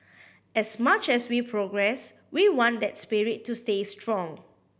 as much as we progress we want that spirit to stay strong